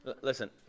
Listen